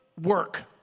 work